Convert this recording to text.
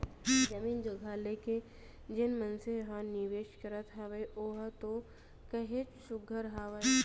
जमीन जघा लेके जेन मनसे मन ह निवेस करत हावय ओहा तो काहेच सुग्घर हावय